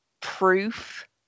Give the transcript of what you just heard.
proof